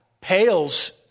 pales